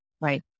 Right